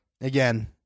Again